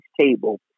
table